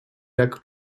jak